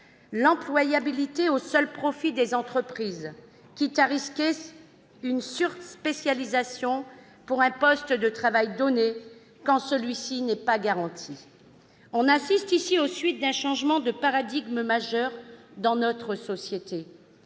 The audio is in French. l'employabilité au seul profit des entreprises, quitte à risquer une surspécialisation pour un poste de travail donné, quand celui-ci n'est pas garanti ; on assiste ici aux suites d'un changement de paradigme majeur dans notre société